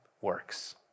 works